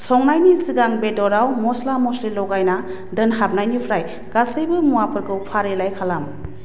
संनायनि सिगां बेदराव मसला मसलि लगायना दोनहाबनायनिफ्राय गासैबो मुवाफोरखौ फारिलाइ खालाम